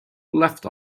left